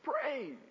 praise